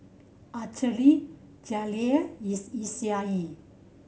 Alterly Jaleel Eg